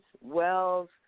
Wells